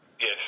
Yes